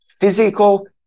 physical